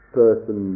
person